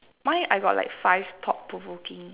mine I got like five thought provoking